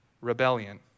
rebellion